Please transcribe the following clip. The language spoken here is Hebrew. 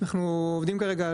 אנחנו עובדים כרגע,